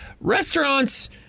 restaurants